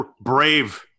Brave